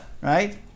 right